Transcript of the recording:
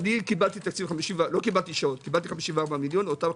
אני קיבלתי 54 מיליון ואותו העברתי.